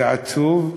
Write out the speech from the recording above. זה עצוב,